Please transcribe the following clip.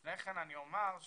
לפני כן אני אומר שאם